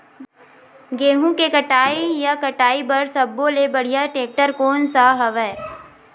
गेहूं के कटाई या कटाई बर सब्बो ले बढ़िया टेक्टर कोन सा हवय?